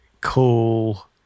cool